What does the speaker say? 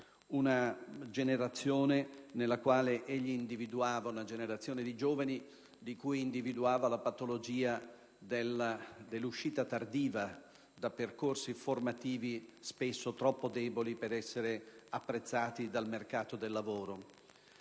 una generazione di giovani di cui egli individuava la patologia dell'uscita tardiva da percorsi formativi spesso troppo deboli per essere apprezzati dal mercato del lavoro.